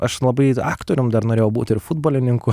aš labai aktorium dar norėjau būt ir futbolininku